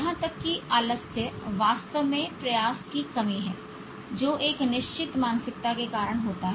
यहां तक कि आलस्य वास्तव में प्रयास की कमी है जो एक निश्चित मानसिकता के कारण होता है